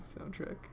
soundtrack